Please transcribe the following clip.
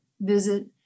visit